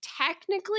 technically